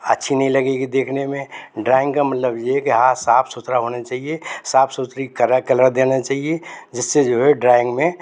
अच्छी नहीं लगेगी देखने में डराइंग का मतलब ये है कि हाथ साफ सुथरा होना चाहिए साफ सुथरी कलर देने चाहिए जिससे जो है डराइंग में